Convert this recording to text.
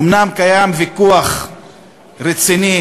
אומנם קיים ויכוח רציני